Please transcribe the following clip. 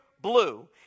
blue